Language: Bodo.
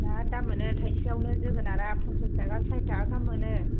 बिराथ दाम मोनो थाइसेयावनो जोगोनारा पनसास थाखा साइट थाखा गाहाम मोनो